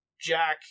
jack